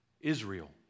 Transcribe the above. Israel